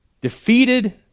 defeated